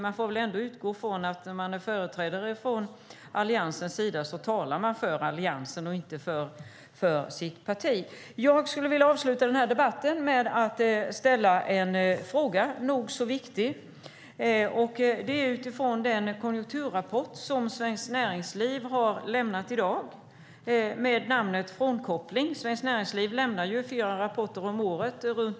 Man får väl ändå utgå från att den som är företrädare för Alliansen talar för Alliansen, inte för sitt parti. Jag skulle vilja avsluta den här debatten med att ställa en nog så viktig fråga utifrån den konjunkturrapport som Svenskt Näringsliv i dag lämnat - rapporten Frånkoppling. Svenskt Näringsliv lämnar årligen fyra rapporter om konjunkturen.